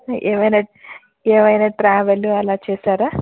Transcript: ఏమన్న ఏమన్న ట్రావెల్ అలా చేసారా